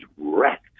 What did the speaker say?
wrecked